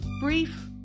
brief